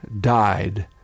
died